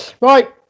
Right